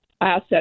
asset